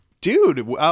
Dude